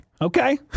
Okay